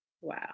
Wow